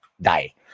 die